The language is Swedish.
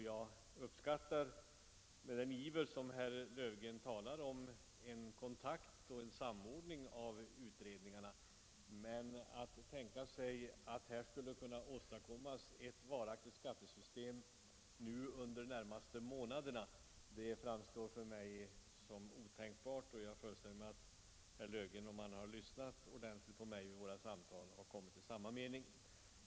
Jag uppskattar den iver med vilken herr Löfgren talar om kontakt mellan och samordning av utredningarna, men det framstår för mig som otänkbart att det skulle kunna åstadkommas ett varaktigt skattesystem under de närmaste månaderna. Jag föreställer mig att herr Löfgren, om han lyssnat ordentligt till mig under våra samtal, har kommit till samma mening.